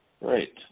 Right